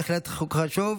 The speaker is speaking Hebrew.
בהחלט חוק חשוב.